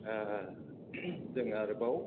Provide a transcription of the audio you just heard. ओह जों आरोबाव